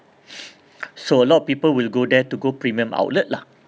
so a lot of people will go there to go premium outlet lah